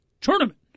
tournament